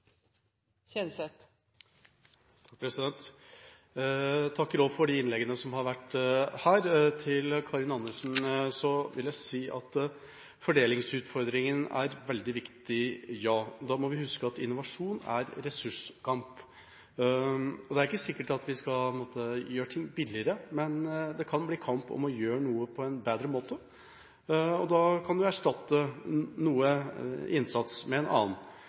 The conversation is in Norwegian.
takker også for de innleggene som har vært her. Til Karin Andersen vil jeg si at fordelingsutfordringen er veldig viktig – ja! Da må vi huske på at innovasjon er ressurskamp, og det er ikke sikkert at vi skal gjøre ting billigere, men det kan bli kamp om å gjøre noe på en bedre måte. Da kan vi erstatte noe innsats med en annen.